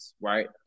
right